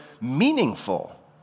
meaningful